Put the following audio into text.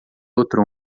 outro